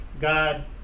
God